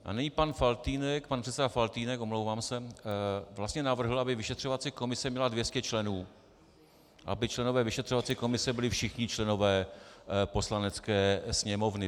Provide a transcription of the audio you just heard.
A nyní pan Faltýnek, pan předseda Faltýnek, omlouvám se, vlastně navrhl, aby vyšetřovací komise měla 200 členů, aby členové vyšetřovací komise byli všichni členové Poslanecké sněmovny.